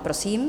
Prosím.